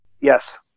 Yes